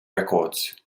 records